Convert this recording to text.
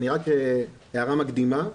הערה מקדימה,